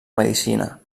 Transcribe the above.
medicina